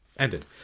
Ended